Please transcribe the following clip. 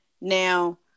Now